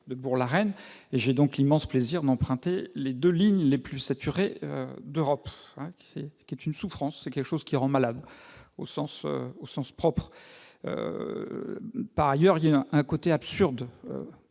de Bourg-la-Reine. À ce titre, j'ai l'immense plaisir d'emprunter les deux lignes les plus saturées d'Europe. C'est une souffrance, c'est quelque chose qui rend malade, au sens propre. Par ailleurs, n'est-il pas absurde